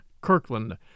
Kirkland